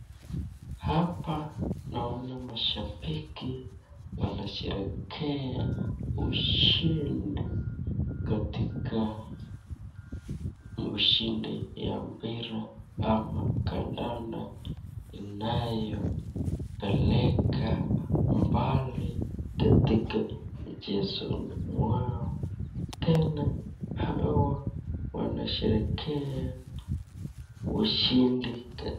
Hapa naona mashabiki wanasherekea ushindi katika mshindi ya mpira ama kandanda inayo peleka mbali katika michezoni mwao tena hawa wanasherekea ushindi kati.